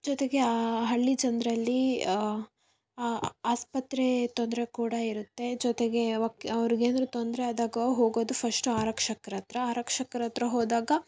ಜೊತೆಗೆ ಆ ಹಳ್ಳಿ ಜನರಲ್ಲಿ ಆಸ್ಪತ್ರೆ ತೊಂದರೆ ಕೂಡ ಇರುತ್ತೆ ಜೊತೆಗೆ ವಕ್ ಅವ್ರಿಗೆ ಏನಾದ್ರೂ ತೊಂದರೆ ಆದಾಗ ಹೋಗೋದು ಫಸ್ಟು ಆರಕ್ಷಕರತ್ತಿರ ಆರಕ್ಷಕರತ್ತಿರ ಹೋದಾಗ